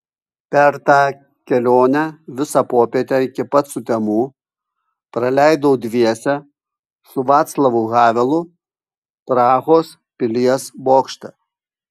per tą kelionę visą popietę iki pat sutemų praleidau dviese su vaclavu havelu prahos pilies bokšte